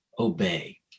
obey